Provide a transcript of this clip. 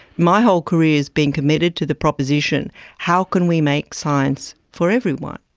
my whole career has been committed to the proposition how can we make science for everyone?